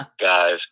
guys